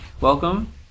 Welcome